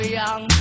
young